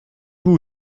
vous